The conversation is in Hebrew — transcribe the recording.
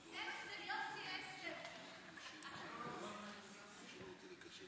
עד כמה החוק שבעצם הוא רקח,